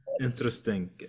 Interesting